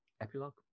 epilogue